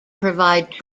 provide